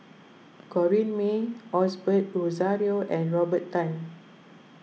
Corrinne May Osbert Rozario and Robert Tan